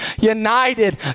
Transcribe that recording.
united